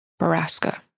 Baraska